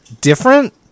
different